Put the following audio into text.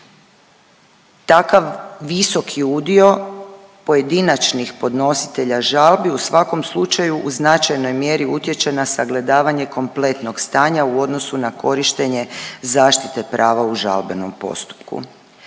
Takav visoki udio pojedinačnih podnositelja žalbi u svakom slučaju u značajnoj mjeri utječe na sagledavanje kompletnog stanja u odnosu na korištenje zaštite prava u žalbenom postupku.